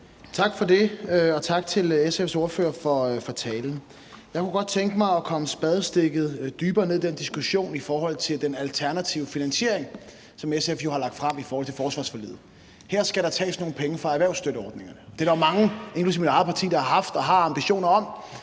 Tak for det, og tak til SF's ordfører for talen. Jeg kunne godt tænke mig at komme et spadestik dybere ned i den diskussion om den alternative finansiering, som SF jo har lagt frem i forhold til forsvarsforliget. Her skal der tages nogle penge fra erhvervsstøtteordningerne. Det er der jo mange, inklusive mit eget parti, der har haft og har ambitioner om,